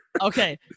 Okay